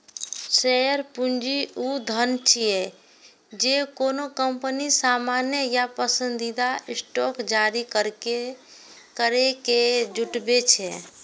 share पूंजी ऊ धन छियै, जे कोनो कंपनी सामान्य या पसंदीदा स्टॉक जारी करैके जुटबै छै